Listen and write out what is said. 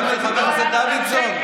חבר הכנסת דוידסון.